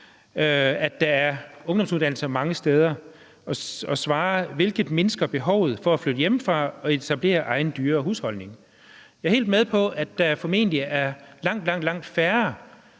at der er ungdomsuddannelser mange steder, og svarer: hvilket mindsker behovet for at flytte hjemmefra og etablere en egen dyrere husholdning. Jeg er helt med på, at der formentlig er langt,